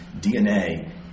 DNA